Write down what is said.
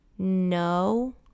No